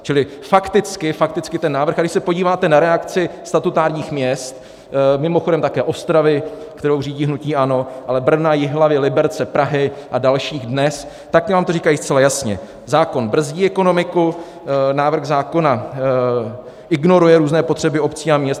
Čili fakticky, fakticky ten návrh a když se podíváte na reakci statutárních měst, mimochodem také Ostravy, kterou řídí hnutí ANO, ale Brna, Jihlavy, Liberce, Prahy a dalších dnes, tak ta vám to říkají zcela jasně: zákon brzdí ekonomiku, návrh zákona ignoruje různé potřeby obcí a měst.